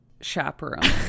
chaperone